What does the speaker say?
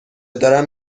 دارم